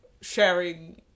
sharing